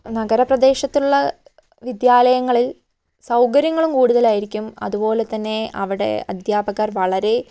നഗരപ്രദേശത്തുള്ള വിദ്യാലയങ്ങളിൽ സൗകര്യങ്ങളും കൂടുതലായിരിക്കും അതുപോലെത്തന്നെ അവിടെ അധ്യാപകർ വളരെ